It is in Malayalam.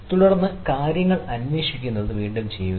തുടർന്ന് കാര്യങ്ങൾ അന്വേഷിക്കുന്നത് വീണ്ടും ചെയ്യുക